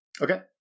Okay